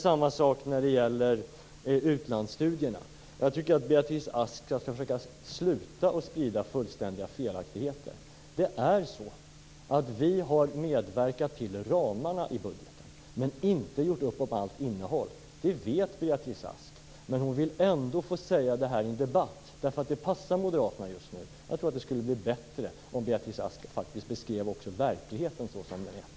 Samma sak gäller för utlandsstudierna. Jag tycker att Beatrice Ask skall försöka sluta sprida fullständiga felaktigheter. Vi har medverkat till ramarna i budgeten, inte gjort upp om allt innehåll. Det vet Beatrice Ask, men hon vill ändå få säga det här i en debatt eftersom det passar moderaterna just nu. Jag tror att det skulle bli bättre om Beatrice Ask beskrev verkligheten såsom den är.